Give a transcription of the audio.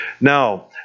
Now